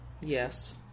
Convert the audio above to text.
Yes